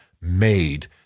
made